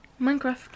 Minecraft